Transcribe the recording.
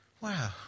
wow